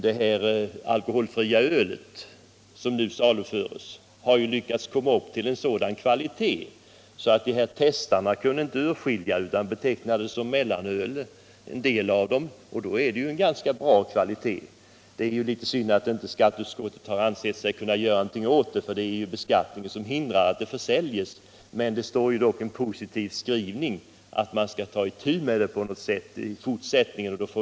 Det alkoholfria öl som nu saluförs har lyckats komma upp till en sådan kvalitet att en del av de nämnda testarna inte kunde skilja på det och andra ölsorter utan betecknade det som mellanöl. Då är ju kvaliteten bra. Det är bara synd att man i skatteutskottet inte har ansett sig kunna göra något åt beskattningen som hindrar att det försäljs. Utskottets skrivning är emellertid positiv, och man skall ta itu med beskattningsfrågan i fortsättningen på något sätt.